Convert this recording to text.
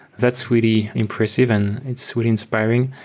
that's really impressive and it's really inspiring,